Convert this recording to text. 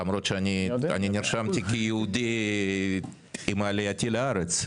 למרות שאני נרשמתי כיהודי עם עלייתי לארץ.